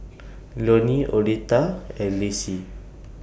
Lonie Oleta and Lacy